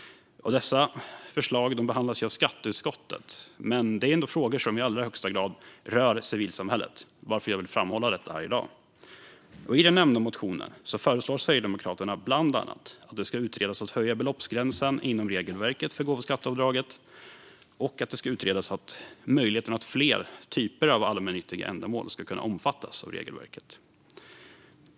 Dessa förslag behandlas av skatteutskottet, men det är ändå frågor som i allra högsta grad rör civilsamhället, varför jag vill framhålla detta här i dag. I den nämnda motionen föreslår Sverigedemokraterna bland annat att utreda att höja beloppsgränsen inom regelverket för gåvoskatteavdraget och att utreda möjligheten att låta fler typer av allmännyttiga ändamål omfattas av regelverket.